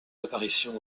apparition